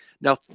Now